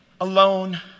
alone